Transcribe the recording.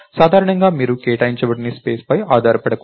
సాధారణంగా మీరు కేటాయించబడని స్పేస్ పై ఆధారపడకూడదు